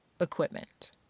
equipment